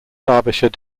derbyshire